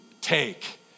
take